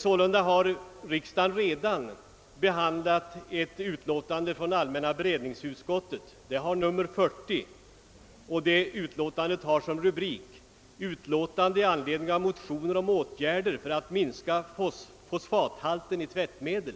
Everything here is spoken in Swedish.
Sålunda har riksdagen redan behandlat ett utlåtande från allmänna beredningsutskottet, nr 40, med rubriken »Utlåtande i anledning av motioner om åtgärder för att minska fosfathalten i tvättmedel».